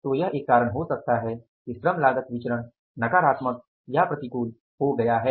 तो एक कारण यह हो सकता है कि श्रम लागत विचरण नकारात्मक या प्रतिकूल हो गया है